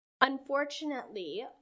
Unfortunately